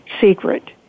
secret